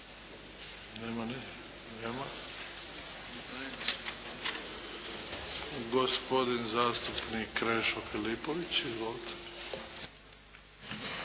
Izvolite. Nema. Gospodin zastupnik Krešo Filipović. Izvolite.